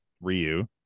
Ryu